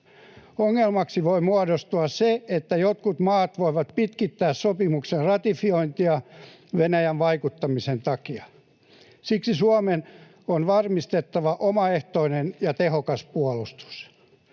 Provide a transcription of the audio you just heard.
Ongelmaksi voi muodostua se, että jotkut maat voivat pitkittää sopimuksen ratifiointia Venäjän vaikuttamisen takia. Siksi Suomen on varmistettava omaehtoinen ja tehokas puolustus.